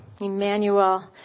Emmanuel